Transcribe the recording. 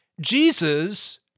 Jesus